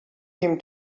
him